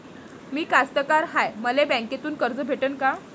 मी कास्तकार हाय, मले बँकेतून कर्ज भेटन का?